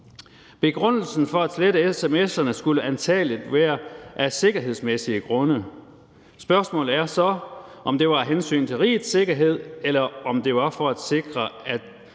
Begrundelsen for at slette sms'erne skulle antagelig være sikkerhedsmæssig. Spørgsmålet er så, om det var af hensyn til rigets sikkerhed, eller om det var for at sikre,